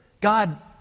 God